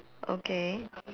okay